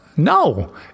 No